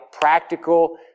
practical